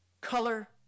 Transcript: color